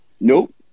Nope